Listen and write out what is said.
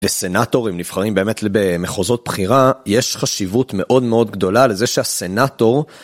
לסנאטורים נבחרים באמת במחוזות בחירה יש חשיבות מאוד מאוד גדולה לזה שהסנאטור.